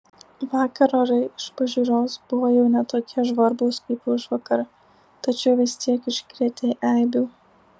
vakar orai iš pažiūros buvo jau ne tokie žvarbūs kaip užvakar tačiau vis tiek iškrėtė eibių